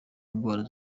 ndwara